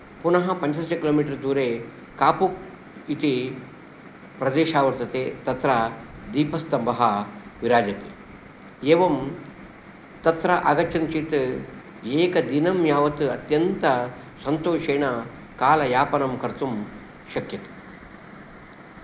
पुनः पञ्चदश kilometre दूरे कापुप् इति प्रदेशः वर्तते तत्र दीपस्तम्भः विराजति एवम् तत्र आगच्छन्ति चेत् एकदिनं यावत् अत्यन्तसन्तोषेण कालयापनं कर्तुं शक्यते